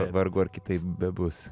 vargu ar kitaip bebus